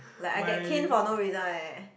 like I get caned for no reason [one] eh